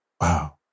Wow